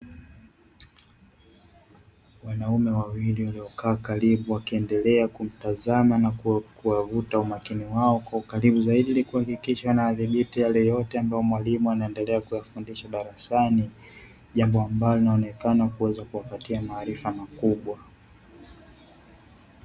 Wanaume wawili waliokaa karibu wakiendelea kumtazama na kuwavuta umakini wao kwa ukaribu zaidi kuhakikisha wanayadhibiti yale yote ambayo mwalimu anaendelea kuyafundisha darasani, jambo ambalo linaonekana linaweza kuwapatia maarifa makubwa.